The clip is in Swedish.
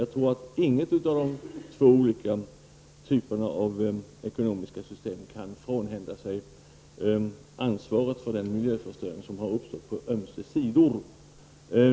Jag tror inte att något av de två olika typerna av ekonomiska system kan frånhända sig ansvaret för den miljöförstöring som uppstått på ömse sidor.